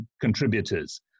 contributors